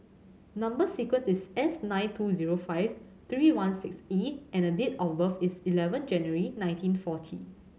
number sequence is S nine two zero five three one six E and date of birth is eleven January nineteen forty